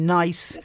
nice